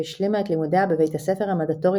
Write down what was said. שהשלימה את לימודיה בבית הספר המנדטורי